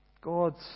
God's